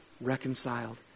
reconciled